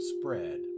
spread